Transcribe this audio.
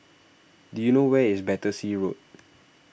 do you know where is Battersea Road